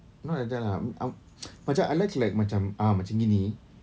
not like lah um I like to like ah macam gini